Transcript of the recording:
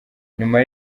nyuma